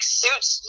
suits